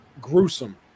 gruesome